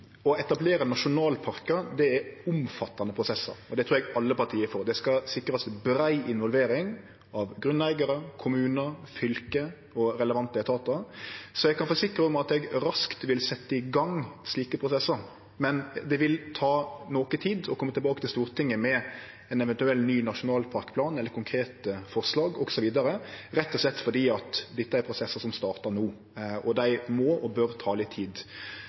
Å etablere nasjonalparkar er omfattande prosessar, og det trur eg alle parti er for. Det skal sikrast brei involvering av grunneigarar, kommunar, fylke og relevante etatar. Eg kan forsikre om at eg raskt vil setje i gang slike prosessar, men det vil ta noko tid å kome tilbake til Stortinget med ein eventuell ny nasjonalparkplan eller konkrete forslag osv., rett og slett fordi dette er prosessar som startar no, og dei må og bør ta litt tid.